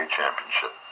championship